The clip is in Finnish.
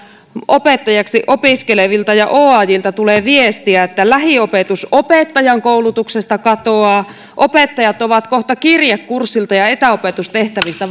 opettajaksi opiskelevilta ja oajlta tulee viestiä että lähiopetus opettajankoulutuksesta katoaa opettajat ovat kohta kirjekurssilta ja etäopetustehtävistä